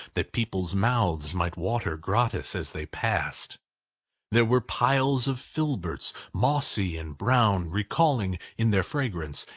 that people's mouths might water gratis as they passed there were piles of filberts, mossy and brown, recalling, in their fragrance,